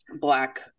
black